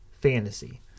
fantasy